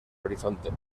horizonte